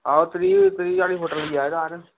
आहो कोई त्रीह् हारी फुट् होई जानी तार